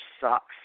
sucks